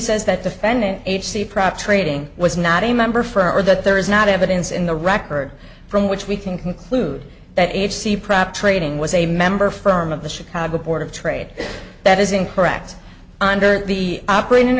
says that defendant h c prop trading was not a member for or that there is not evidence in the record from which we can conclude that h c pratt trading was a member firm of the chicago board of trade the it is incorrect under the operating